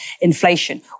inflation